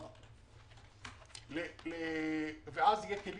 שתטפל בכל מפגעי הבטיחות ובכל הנושאים,